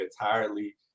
entirely